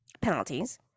penalties